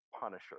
Punisher